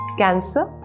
cancer